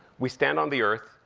we stand on the earth,